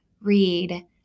read